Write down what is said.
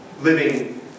living